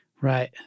Right